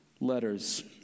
letters